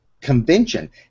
convention